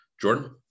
Jordan